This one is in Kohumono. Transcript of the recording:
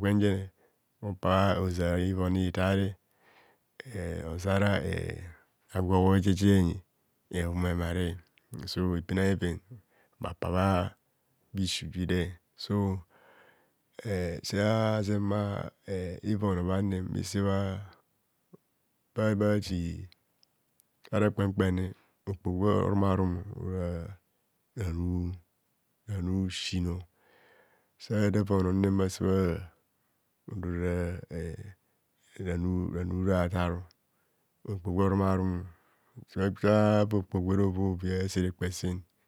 gwen jene opa oza ivon itare e ozara ee ragwa obho jose enyi ehum emare so bhepinaven bha pa bha issue jire so eh eh eh sazen ma eh ivoro bhanem esebha bhabhatiri ara kpam kpam ne okpo gwooruma rum ora ehm ranu ranu ranu sin sada va onom mmase bha ha odora eh eh ranu ranu ratar okpoho gwe orumarum sava okpoho gwere ovi ovi ase rekpasen